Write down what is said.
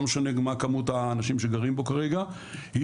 לא משנה מה כמות האנשים שגרים בו כרגע היא